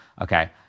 okay